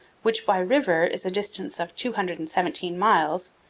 which by river is a distance of two hundred and seventeen miles,